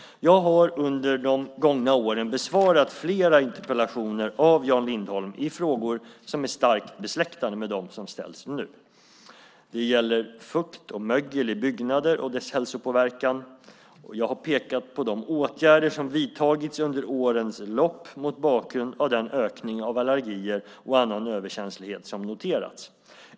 Jag har under de gångna åren besvarat flera interpellationer av Jan Lindholm i frågor som är starkt besläktade med dem som ställs nu. Det gäller fukt och mögel i byggnader och dess hälsopåverkan. Jag har pekat på de åtgärder som vidtagits under årens lopp mot bakgrund av den ökning av allergier och annan överkänslighet som noterats.